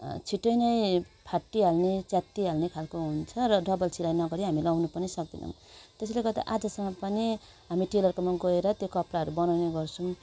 छिट्टै नै फाटि हाल्ने च्यात्ति हाल्ने खालको हुन्छ र डबल सिलाइ नगरि हामी लगाउनु पनि सक्दैनौँ त्यसैले गर्दा आजसम्म पनि हामी टेलरकोमा गएर त्यो कपडाहरू बनाउने गर्छौँ